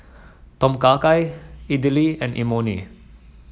Tom Kha Gai Idili and Imoni